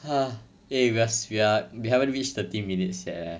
eh we are we are we haven't reach thirty minutes yet eh